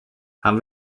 han